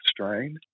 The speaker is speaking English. strain